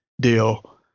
deal